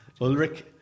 Ulrich